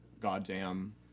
goddamn